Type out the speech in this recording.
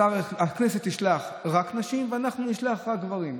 הכנסת תשלח רק נשים ואנחנו נשלח רק גברים,